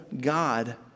God